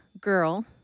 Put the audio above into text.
girl